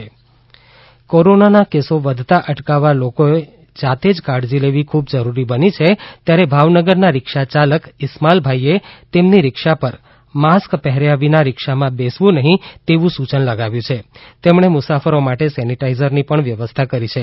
ભાવનગર જાગૃતિ કોરોનાના કેસો વધતા અટકાવવા લોકોએ જાતેજ કાળજી લેવી ખુબ જરૂરી બની છે ત્યારે ભાવનગરના રિક્ષાચાલક ઇસ્માઇલભાઈએ તેમની રીક્ષા પર માસ્ક પહેર્થા વીના રિક્ષામાં બેસવું નહિ તેવું સૂચન લગાવ્યું છે તેમને મુસાફરો માટે સેનેટિઝરની પણ વ્યવસ્થા કરી છે